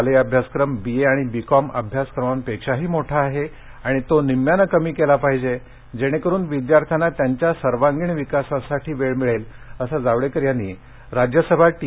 शालेय अभ्यासक्रम बीए आणि बीकॉम अभ्यासक्रमांपेक्षाही मोठा आहे आणि तो निम्म्यानं कमी केला पाहिजे जेणेकरुन विद्यार्थ्यांना त्यांच्या सर्वांगीण विकासासाठी वेळ मिळेल असं जावडेकर यांनी राज्यसभा टी